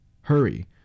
Hurry